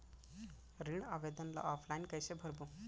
ऋण आवेदन ल ऑफलाइन कइसे भरबो?